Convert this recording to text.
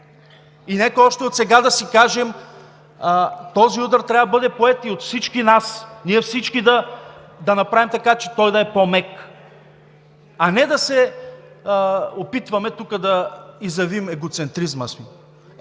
И нека отсега да си кажем: този удар трябва да бъде поет и от всички нас, ние всички да направим така, че той да е по-мек, а не да се опитваме тук да изявим егоцентризма